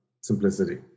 simplicity